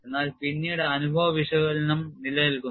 എന്നാൽ പിന്നീട് അനുഭവ വിശകലനം നിലനിൽക്കുന്നു